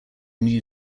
new